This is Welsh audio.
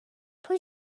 pwy